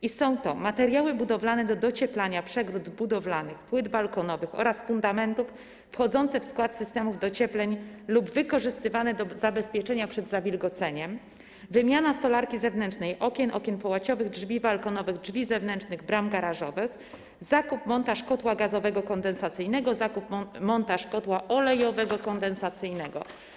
I są to: materiały budowlane do docieplania przegród budowlanych, płyt balkonowych oraz fundamentów wchodzące w skład systemów dociepleń lub wykorzystywane do zabezpieczenia przed zawilgoceniem, wymiana stolarki zewnętrznej okien, okien połaciowych, drzwi balkonowych, drzwi zewnętrznych, bram garażowych, zakup, montaż kotła gazowego kondensacyjnego, zakup, montaż kotła olejowego kondensacyjnego.